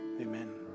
Amen